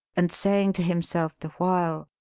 and saying to himself, the while,